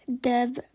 Dev